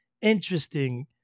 interesting